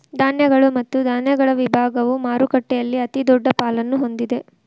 ಧಾನ್ಯಗಳು ಮತ್ತು ಧಾನ್ಯಗಳ ವಿಭಾಗವು ಮಾರುಕಟ್ಟೆಯಲ್ಲಿ ಅತಿದೊಡ್ಡ ಪಾಲನ್ನು ಹೊಂದಿದೆ